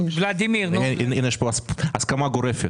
אם אנחנו מעבירים את זה לידיים פרטיות,